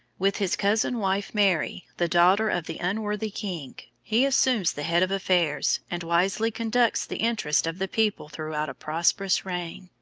with his cousin wife mary, the daughter of the unworthy king, he assumes the head of affairs, and wisely conducts the interests of the people throughout a prosperous reign.